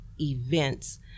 events